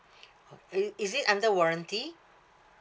oh it is it under warranty